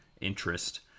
interest